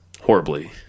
horribly